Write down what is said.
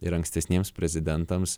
ir ankstesniems prezidentams